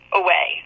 away